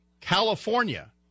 California